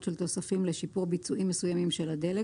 של תוספים לשיפור ביצועים מסוימים של הדלק,